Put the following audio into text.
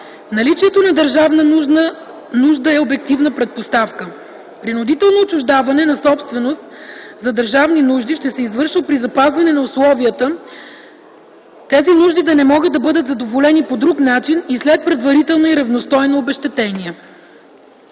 Наличието на държавна нужда е обективна предпоставка. Принудително отчуждаване на собственост за държавни нужди ще се извършва при запазване на условията тези нужди да не могат да бъдат задоволени по друг начин и след предварително и равностойно обезщетение.